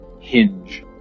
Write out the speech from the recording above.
hinge